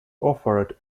offered